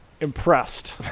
impressed